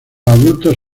adultos